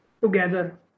together